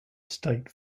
state